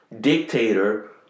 dictator